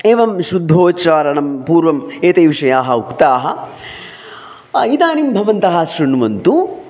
एवं शुद्धोच्चारणं पूर्वम् एते विषयाः उक्ताः इदानीं भवन्तः शृण्वन्तु